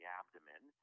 abdomen